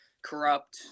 corrupt